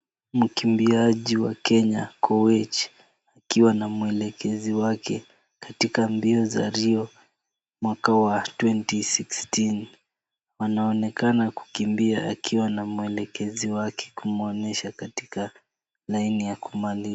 Mkimbiaji wa Kenya, Koech akiwa na mwelekezi wake katika mbio za Rio mwaka wa 2016 anaonekana kukimbia akiwa na mwelekezi wake kumwonyesha katika laini ya kumaliza.